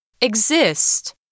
Exist